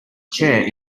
chair